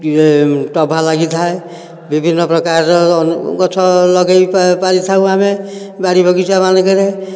ୟେ ଟଭା ଲାଗିଥାଏ ବିଭିନ୍ନ ପ୍ରକାରର ଗଛ ଲଗାଇ ପାଳି ପାଳିଥାଉ ଆମେ ବାଡ଼ି ବଗିଚା ମାନଙ୍କରେ